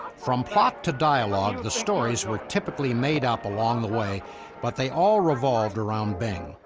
from plot to dialogue, the stories were typically made up along the way but they all revolved around bing.